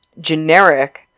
generic